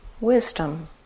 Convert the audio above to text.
wisdom